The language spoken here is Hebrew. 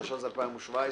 התשע"ז-2017,